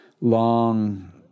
long